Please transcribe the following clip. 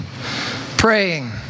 praying